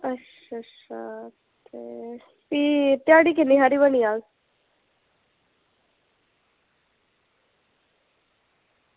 अच्छा अच्छा भी ध्याड़ी किन्नी हारी बनी जाह्ग